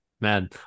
Man